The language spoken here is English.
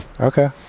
Okay